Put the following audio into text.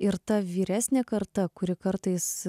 ir ta vyresnė karta kuri kartais